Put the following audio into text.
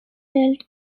belt